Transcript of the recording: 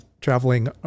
traveling